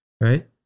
right